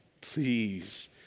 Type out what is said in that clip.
please